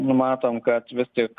numatom kad vis tik